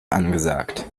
angesagt